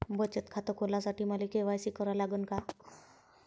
बचत खात खोलासाठी मले के.वाय.सी करा लागन का?